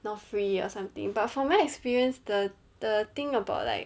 not free or something but for my experience the the thing about like